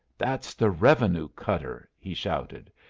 that's the revenue cutter! he shouted.